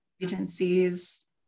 agencies